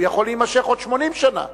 הוא יכול להימשך עוד 80 שנה.